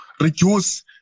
reduce